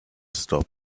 stop